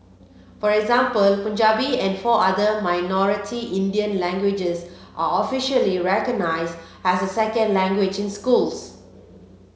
for example Punjabi and four other minority Indian languages are officially recognised as a second language in schools